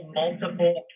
multiple